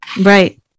Right